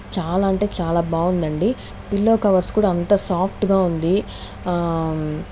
చాలా అంటే చాలా బాగుందండి పిల్లో కవర్స్ కూడా అంత సాఫ్ట్ గా ఉంది